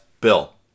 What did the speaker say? Bill